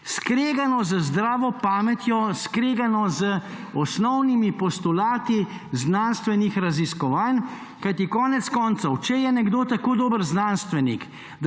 Skregano z zdravo pametjo, skregano z osnovnimi postulati znanstvenih raziskovanj. Kajti konec koncev, če je nekdo tako dober znanstvenik,